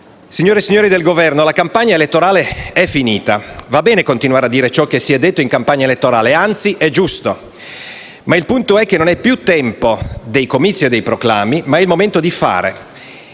signore e signori del Governo, la campagna elettorale è finita. Va bene continuare a dire ciò che si è detto in campagna elettorale (anzi, è giusto). Ma il punto è che non è più tempo dei comizi e dei proclami, ma è il momento di fare.